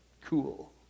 Cool